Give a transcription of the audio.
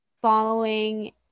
following